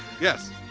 Yes